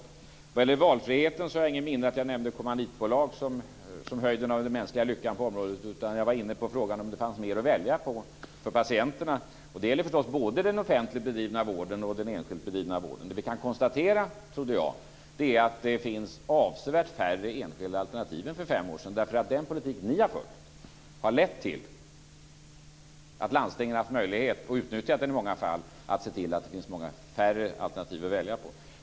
När det gäller valfriheten har jag inget minne av att jag nämnde kommanditbolag som höjden av den mänskliga lyckan på området, utan jag var inne på frågan om det fanns mer att välja bland för patienterna. Och det gäller förstås både den offentligt bedrivna vården och den enskilt bedrivna vården. Jag trodde att vi kunde konstatera att det finns avsevärt färre enskilda alternativ än för fem år sedan, därför att den politik som ni har fört har lett till att landstingen har haft möjlighet, och i många fall utnyttjat den, att se till att det finns betydligt färre alternativ att välja bland.